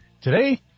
Today